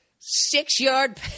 Six-yard